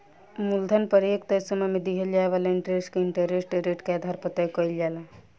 मूलधन पर एक तय समय में दिहल जाए वाला इंटरेस्ट के इंटरेस्ट रेट के आधार पर तय कईल जाला